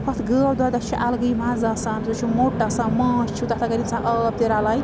ہۄتھ گٲو دۄدھَس چھُ اَلگٕے مَزٕ آسان سُہ چھُ موٚٹ آسان ماچھ ہیٛو تَتھ اگر اِنسان آب تہِ رَلایہِ